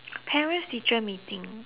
parents teacher meeting